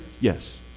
Yes